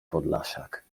podlasiak